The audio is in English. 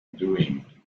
doing